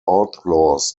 outlaws